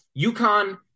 UConn